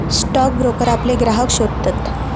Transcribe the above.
stock broker आपले ग्राहक शोधतत